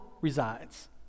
resides